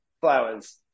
flowers